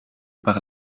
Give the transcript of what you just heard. par